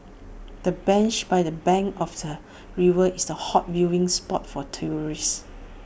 the bench by the bank of the river is A hot viewing spot for tourists